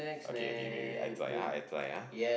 okay okay wait wait I try ah I try ah